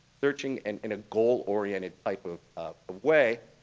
searching and in a goal-oriented type of way.